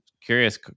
curious